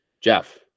Jeff